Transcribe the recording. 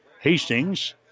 Hastings